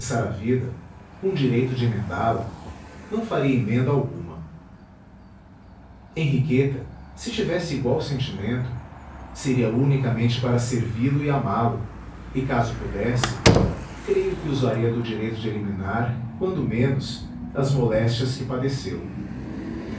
recomeçar a vida com direito de emendá la não faria emenda alguma henriqueta se tivesse igual sentimento seria unicamente para servi-lo e amá-lo e caso pudesse creio que usaria do direito de eliminar quando menos as moléstias que padeceu